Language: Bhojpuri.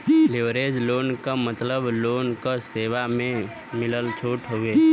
लिवरेज लोन क मतलब लोन क सेवा म मिलल छूट हउवे